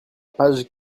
page